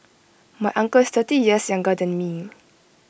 my uncle is thirty years younger than me